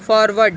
forward